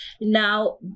Now